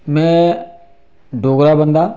में डोगरा बंदा आं